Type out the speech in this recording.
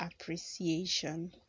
appreciation